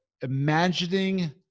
imagining